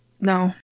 no